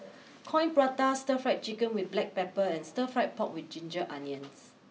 Coin Prata Stir Fried Chicken with Black Pepper and Stir Fry Pork with Ginger Onions